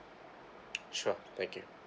sure thank you